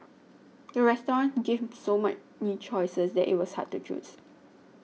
the restaurant gave so many choices that it was hard to choose